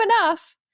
enough